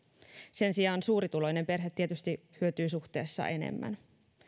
sen sijaan suurituloinen perhe tietysti hyötyy suhteessa enemmän